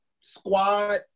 squad